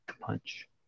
punch